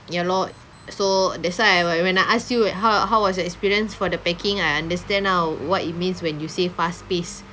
ya lor so that's why I whe~ when I ask you how how was your experience for the packing I understand lah what it means when you say fast paced